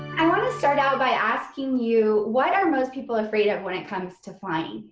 i wanna start out by asking you what are most people afraid of when it comes to flying?